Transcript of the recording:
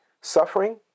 suffering